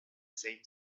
same